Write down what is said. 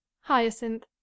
hyacinth